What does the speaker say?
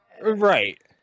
Right